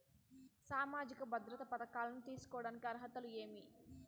సామాజిక భద్రత పథకాలను తీసుకోడానికి అర్హతలు ఏమి?